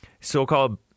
So-called